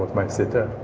my sitter.